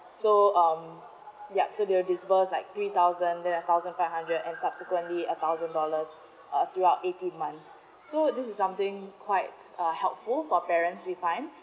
so um yup so they will disburse like three thousand then a thousand five hundred and subsequently a thousand dollars uh throughout eighteen months so this is something quite a helpful for parents we find